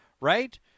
Right